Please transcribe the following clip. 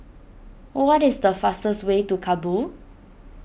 what is the fastest way to Kabul